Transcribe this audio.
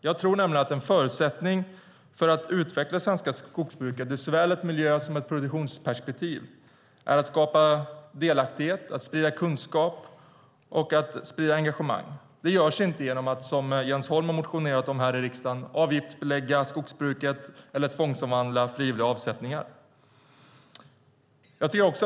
Jag tror nämligen att en förutsättning för att utveckla det svenska skogsbruket ur såväl ett miljö som ett produktionsperspektiv är att skapa delaktighet, sprida kunskap och engagemang. Det görs inte genom att, som Jens Holm har motionerat om här i riksdagen, avgiftsbelägga skogsbruket eller tvångsomvandla frivilliga avsättningar.